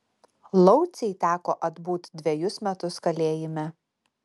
laucei teko atbūt dvejus metus kalėjime